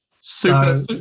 Super